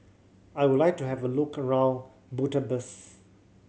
I would like to have a look around Budapest